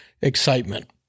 excitement